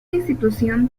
institución